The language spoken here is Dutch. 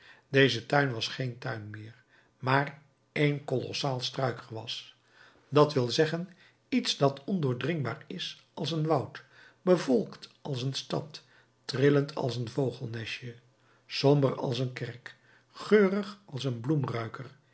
deze tuin was geen tuin meer maar één colossaal struikgewas dat wil zeggen iets dat ondoordringbaar is als een woud bevolkt als een stad trillend als een vogelnestje somber als een kerk geurig als een